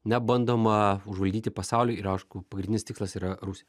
ne bandoma užvaldyti pasaulį ir aišku pagrindinis tikslas yra rusija